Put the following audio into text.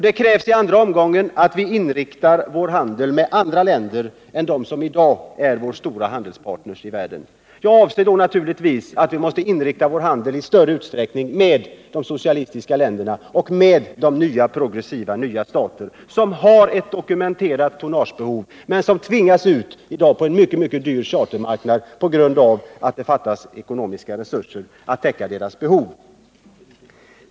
Det krävs i en andra omgång att vi inriktar vår handel på andra länder än de som i dag är våra största handelspartner i världen. Jag avser då naturligtvis att vi måste i större utsträckning inrikta handeln mot de socialistiska länderna och mot progressiva nya stater som har ett dokumenterat tonnagebehov men som i dag tvingats ut på en mycket dyr chartermarknad på grund av att det saknas ekonomiska resurser att täcka deras behov.